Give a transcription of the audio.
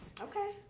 okay